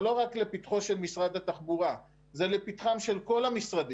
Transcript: זה לא רק לפתחו של משרד התחבורה אלא זה לפתחם של כל המשרדים.